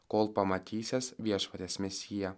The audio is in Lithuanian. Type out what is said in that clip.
kol pamatysiąs viešpaties mesiją